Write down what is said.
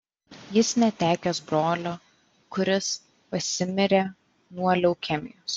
jis netekęs brolio kuris pasimirė nuo leukemijos